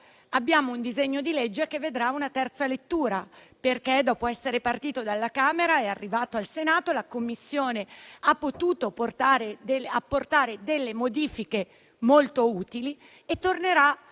abbiamo un disegno di legge che vedrà una terza lettura. Dopo essere partito dalla Camera, arrivato al Senato, qui la Commissione ha potuto apportare delle modifiche molto utili. E tornerà